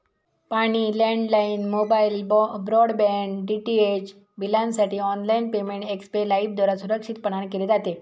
पाणी, landline, mobile, broadband, DTH बिलांसाठी online payment Xpay लाइफद्वारा सुरक्षितपणान केले जाते